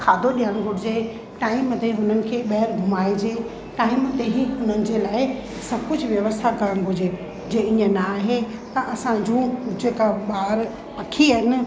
खाधो ॾियणु घुरिजे टाइम ते उन्हनि खे घुमाइजे टाइम ते ई हुननि जे लाइ सभु कुझु व्यवस्था करणु घुरिजे जे इन आहे ऐं असांजू जेका ॿाहिरि पखी आहिनि